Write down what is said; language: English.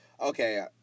Okay